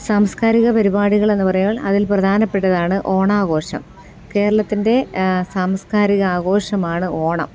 സാംസ്കാരിക പരിപാടികൾ എന്ന് പറയുമ്പോൾ അതിൽ പ്രധാനപ്പെട്ടതാണ് ഓണാഘോഷം കേരളത്തിൻ്റെ സാംസ്കാരിക ആഘോഷമാണ് ഓണം